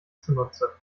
zunutze